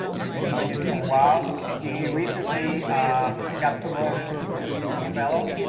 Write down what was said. he's been doing it for awhile. he recently got promoted to a google fellow,